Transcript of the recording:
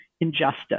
injustice